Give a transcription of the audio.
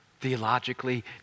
Theologically